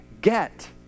get